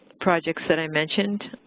projects that i mentioned.